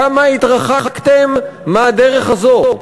כמה התרחקתם מהדרך הזאת?